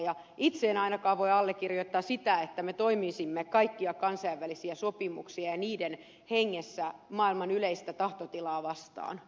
itse en ainakaan voi allekirjoittaa sitä että me toimisimme kaikkia kansainvälisiä sopimuksia ja niiden hengessä maailman yleistä tahtotilaa vastaan